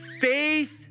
Faith